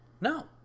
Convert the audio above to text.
no